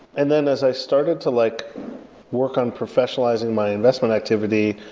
and then as i started to like work on professionalizing my investment activity,